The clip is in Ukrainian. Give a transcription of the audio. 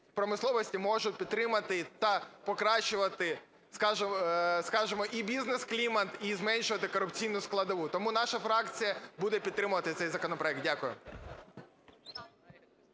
промисловості можуть підтримати та покращувати, скажемо, і бізнес-клімат, і зменшувати корупційну складову. Тому наша фракція буде підтримувати цей законопроект. Дякую.